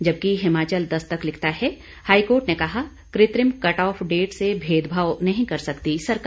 जबकि हिमाचल दस्तक लिखता है हाईकोर्ट ने कहा कृत्रिम कट ऑफ डेट से भेदभाव नहीं कर सकती सरकार